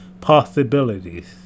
possibilities